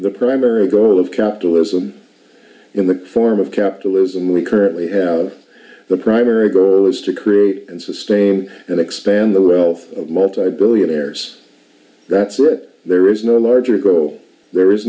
the primary goal of capitalism in the form of capitalism we currently have the primary goal is to create and sustain and expand the wealth of multibillionaires that's right there is no larger grow there is